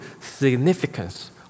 significance